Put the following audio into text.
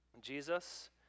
Jesus